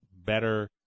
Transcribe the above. better